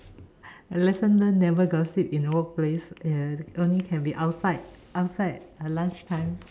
lesson learnt never gossip in the workplace only can be outside lunchtime